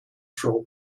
troll